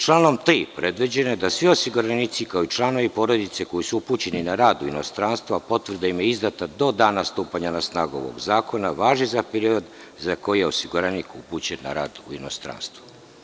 Članom 3. predviđeno je da svi osiguranici kao i članovi porodice koji su upućeni na rad u inostranstvo, a potvrda im je izdata do dana stupanja na snagu ovog zakona, važi za period za koji je osiguranik upućen na rad u inostranstvo.